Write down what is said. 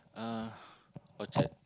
uh orchard